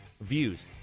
views